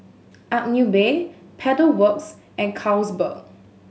Agnes B Pedal Works and Carlsberg